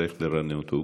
צריך לרענן אותו.